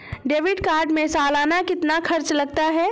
Debit card में सालाना कितना खर्च लगता है?